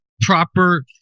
proper